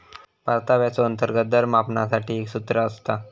परताव्याचो अंतर्गत दर मापनासाठी एक सूत्र असता